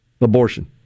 Abortion